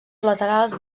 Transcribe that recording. laterals